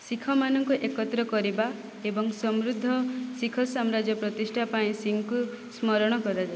ଶିଖ୍ ମାନଙ୍କୁ ଏକତ୍ର କରିବା ଏବଂ ସମୃଦ୍ଧ ଶିଖ୍ ସାମ୍ରାଜ୍ୟ ପ୍ରତିଷ୍ଠା ପାଇଁ ସିଂଙ୍କୁ ସ୍ମରଣ କରାଯାଏ